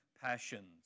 passions